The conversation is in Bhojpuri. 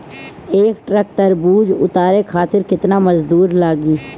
एक ट्रक तरबूजा उतारे खातीर कितना मजदुर लागी?